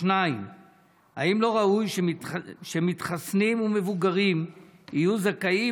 2. האם לא ראוי שמתחסנים ומבוגרים יהיו זכאים,